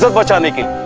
so but now,